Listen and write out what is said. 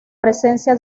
presencia